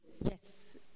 yes